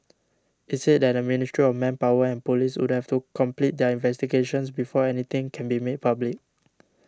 it's said that the Ministry of Manpower and police would have to complete their investigations before anything can be made public